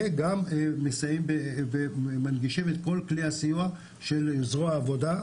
וגם מסייעים ומנגישים את כל כלי הסיוע של זרוע העבודה,